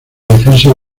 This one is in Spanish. defensa